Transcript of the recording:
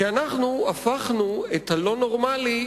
כי אנחנו הפכנו את הלא-נורמלי לנורמה.